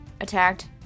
attacked